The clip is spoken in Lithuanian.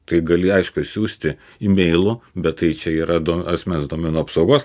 tai gali aišku siųsti imeilu bet tai čia yra do asmens duomenų apsaugos